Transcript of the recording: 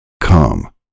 Come